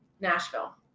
nashville